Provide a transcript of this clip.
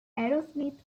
aerosmith